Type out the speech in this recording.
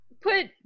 put